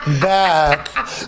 back